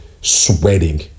sweating